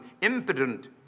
impotent